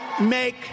make